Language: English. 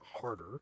harder